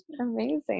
Amazing